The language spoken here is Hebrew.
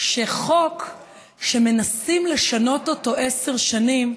שחוק שמנסים לשנות אותו עשר שנים,